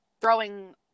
throwing